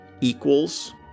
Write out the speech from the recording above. equals